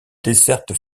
desserte